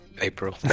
April